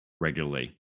regularly